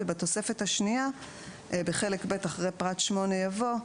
ובתוספת השנייה בחלק ב' אחרי פרט 8 יבוא: